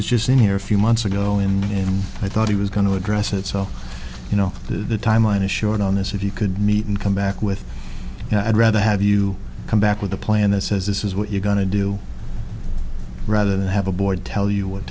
was just in here a few months ago and i thought he was going to address it so you know the timeline is short on this if you could meet and come back with i'd rather have you come back with a plan that says this is what you're going to do rather than have a board tell you what